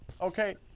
Okay